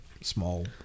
small